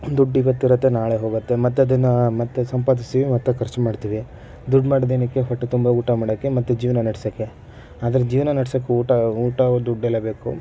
ದುಡ್ಡಿವತ್ತಿರತ್ತೆ ನಾಳೆ ಹೋಗತ್ತೆ ಮತ್ತೆ ಅದನ್ನು ಮತ್ತೆ ಸಂಪಾದಿಸಿ ಮತ್ತೆ ಖರ್ಚು ಮಾಡ್ತೀವಿ ದುಡ್ಡು ಮಾಡೋದೇನಕ್ಕೆ ಹೊಟ್ಟೆ ತುಂಬ ಊಟ ಮಾಡೋಕ್ಕೆ ಮತ್ತು ಜೀವನ ನಡ್ಸೋಕ್ಕೆ ಆದರೆ ಜೀವನ ನಡ್ಸೋಕ್ಕೆ ಊಟ ಊಟ ದುಡ್ಡೆಲ್ಲ ಬೇಕು